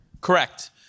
Correct